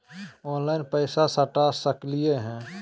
Online पैसा सटा सकलिय है?